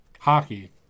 hockey